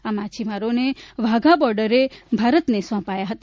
આ માછીમારોને વાઘા બોર્ડરે ભારતને સોંપાયા હતા